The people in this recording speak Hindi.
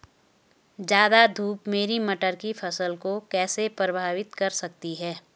ज़्यादा धूप मेरी मटर की फसल को कैसे प्रभावित कर सकती है?